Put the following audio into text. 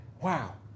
Wow